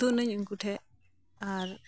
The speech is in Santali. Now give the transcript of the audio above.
ᱩᱫᱩᱜ ᱱᱟᱹᱧ ᱩᱱᱠᱩ ᱴᱷᱮᱱ ᱟᱨ